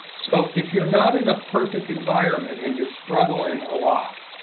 so if you're not in a perfect environment and you're struggling a lot,